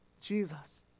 Jesus